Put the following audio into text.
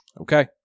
Okay